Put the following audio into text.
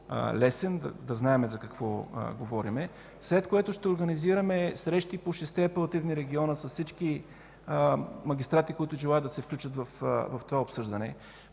по-лесен, да знаем за какво говорим, след което ще организираме срещи по шестте апелативни региона с всички магистрати, които желаят да се включат в това обсъждане.